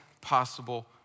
possible